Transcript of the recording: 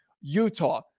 Utah